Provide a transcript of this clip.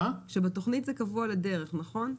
בתוכנית זה קבוע לדרך, נכון?